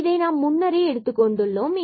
எனவே இதை நாம் முன்னரே எடுத்துக் கொண்டுள்ளோம்